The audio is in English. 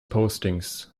postings